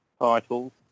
titles